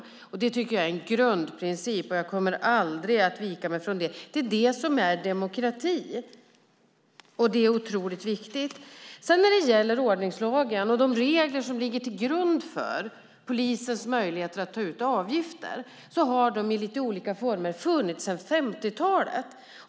Jag tycker att det är en grundprincip, och jag kommer aldrig att vika från det. Det är det som är demokrati, och det är otroligt viktigt. När det gäller ordningslagen och de regler som ligger till grund för polisens möjligheter att ta ut avgifter har de i lite olika former funnits sedan 50-talet.